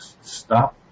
stop